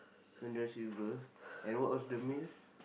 Long-John-Silver and what was the meal